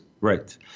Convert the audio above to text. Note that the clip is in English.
Right